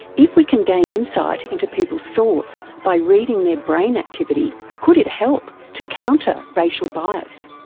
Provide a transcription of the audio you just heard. if we can gain insight into people's thoughts by reading their brain activity, could it help to counter racial bias?